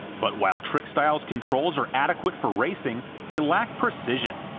but while trickstyle's controls are adequate for racing, they lack precision,